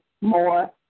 more